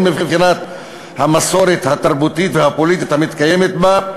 מבחינת המסורת התרבותית והפוליטית המתקיימת בה,